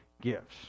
gifts